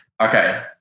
okay